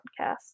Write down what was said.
podcast